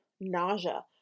nausea